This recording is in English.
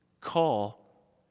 call